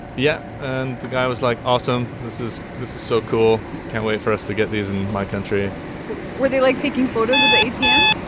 yeah. and the guy was like awesome, this is this is so cool can't wait for us to get these in my country were they, like, taking photos of the atm?